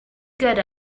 got